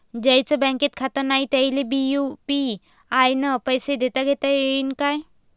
ज्याईचं बँकेत खातं नाय त्याईले बी यू.पी.आय न पैसे देताघेता येईन काय?